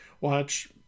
Watch